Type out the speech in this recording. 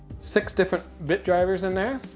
six different bit drivers in there.